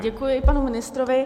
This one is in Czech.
Děkuji panu ministrovi.